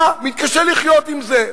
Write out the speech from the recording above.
אתה מתקשה לחיות עם זה.